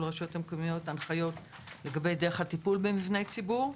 לרשויות הנחיות לגבי דרך הטיפול במבני ציבור,